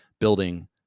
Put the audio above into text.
building